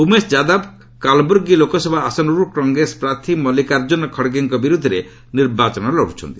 ଉମେଶ ଯାଦବ କାଲ୍ବୁର୍ଗୀ ଲୋକସଭା ଆସନରୁ କଂଗ୍ରେସ ପ୍ରାର୍ଥୀ ମଲ୍ଲିକାର୍ଜୁନ ଖଡ୍ଗେଙ୍କ ବିରୋଧରେ ନିର୍ବାଚନ ଲଢ଼ୁଛନ୍ତି